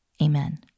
Amen